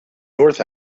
north